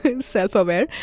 self-aware